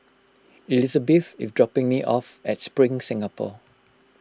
Elisabeth is dropping me off at Spring Singapore